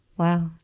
Wow